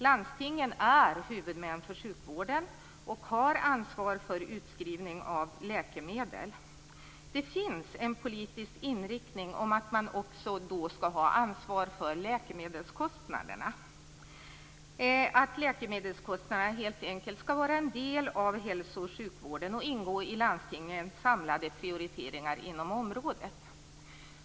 Landstingen är huvudmän för sjukvården och har ansvar för utskrivning av läkemedel. Det finns en politisk inriktning att landstingen också skall ha ansvar för läkemedelskostnaderna, dvs. att dessa kostnader helt enkelt skall vara en del av hälso och sjukvården och ingå i landstingens samlade prioriteringar inom området.